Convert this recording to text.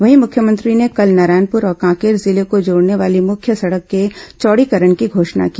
वहीं मुख्यमंत्री ने कल नारायणपुर और कांकेर जिले को जोड़ने वाली मुख्य सड़क के चौड़ीकरण की घोषणा की